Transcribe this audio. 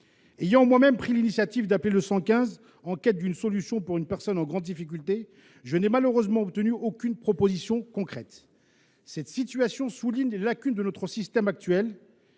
Ayant moi même pris l’initiative d’appeler le 115, en quête d’une solution pour une personne en grande difficulté, je n’ai malheureusement obtenu aucune proposition concrète. Cette situation souligne les lacunes de notre système actuel.